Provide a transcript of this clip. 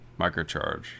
microcharge